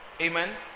Amen